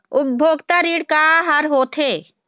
उपभोक्ता ऋण का का हर होथे?